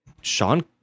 Sean